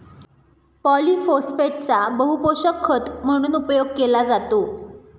पॉलिफोस्फेटचा बहुपोषक खत म्हणून उपयोग केला जातो